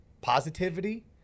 positivity